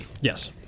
Yes